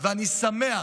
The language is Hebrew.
ולכן,